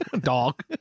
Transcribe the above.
Dog